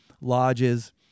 lodges